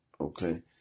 Okay